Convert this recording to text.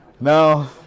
No